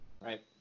right